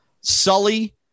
Sully